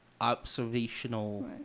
observational